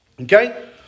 okay